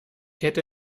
hätte